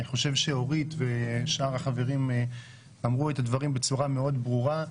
אני חושב שאורית ושאר החברים אמרו את הדברים בצורה מאוד ברורה.